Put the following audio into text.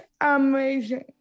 amazing